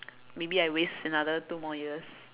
maybe I waste another two more years